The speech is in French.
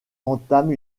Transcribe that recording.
entame